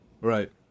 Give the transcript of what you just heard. right